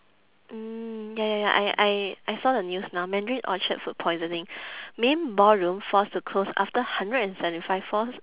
mm ya ya ya I I I saw the news now mandarin orchard food poisoning main ballroom forced to close after hundred and seventy five fa~